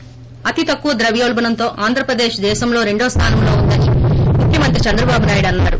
ి అతి తక్కువ ద్రవ్యోల్బణంతో ఆంధ్రప్రదేశ్ దేశంలో రెండో స్థానంలో ఉందని ముఖ్యమంత్రి చంద్రబాబు నాయుడు అన్నారు